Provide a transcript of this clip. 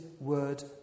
word